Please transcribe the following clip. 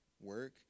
work